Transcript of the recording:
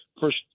first